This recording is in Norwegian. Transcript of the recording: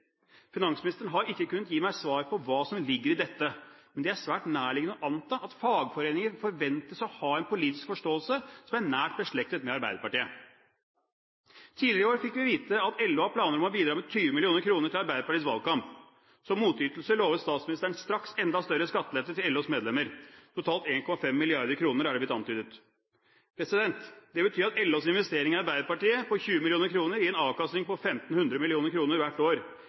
Finansministeren har ikke kunnet gi meg svar på hva som ligger i dette, men det er svært nærliggende å anta at fagforeninger forventes å ha en politisk forståelse som er nært beslektet med Arbeiderpartiet. Tidligere i år fikk vi vite at LO har planer om å bidra med 20 mill. kr til Arbeiderpartiets valgkamp. Som motytelse lovet statsministeren straks enda større skattelette til LOs medlemmer, totalt 1,5 mrd. kr er det blitt antydet. Det betyr at LOs investering i Arbeiderpartiet på 20 mill. kr gir en avkastning på 1 500 mill. kr hvert år.